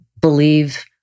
believe